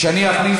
(חברת הכנסת זהבה גלאון יוצאת מאולם המליאה.) כשאני אכניס,